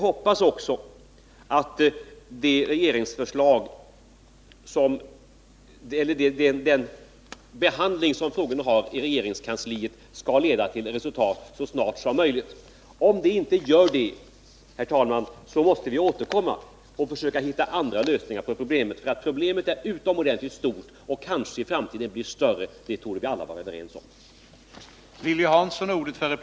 Om det inte blir något resultat, herr talman, måste vi återkomma, ty problemet är utomordentligt stort och blir kanske större i framtiden — det torde vi alla vara överens om.